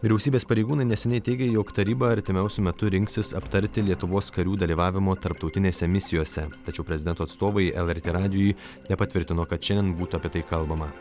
vyriausybės pareigūnai neseniai teigė jog taryba artimiausiu metu rinksis aptarti lietuvos karių dalyvavimo tarptautinėse misijose tačiau prezidento atstovai lrt radijui nepatvirtino kad šiandien būtų apie tai kalbama